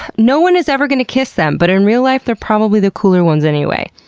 no one is ever gonna kiss them, but in real life they're probably the cooler ones anyway.